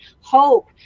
hope